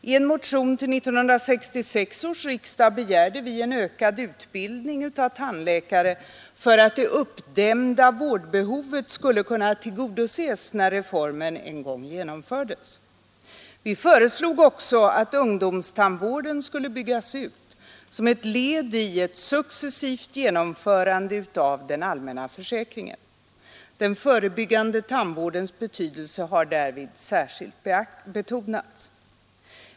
I en motion till 1966 års riksdag begärde vi en ökad utbildning av tandläkare för att det uppdämda vårdbehovet skulle kunna tillgodoses när reformen en gång genomfördes. Vi föreslog också att ungdomstandvården skulle byggas ut som ett led i ett successivt genomförande av den allmänna försäkringen. Den förebyggande tandvårdens betydelse har därvid särskilt betonats.